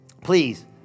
Please